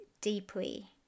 deeply